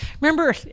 remember